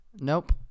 Nope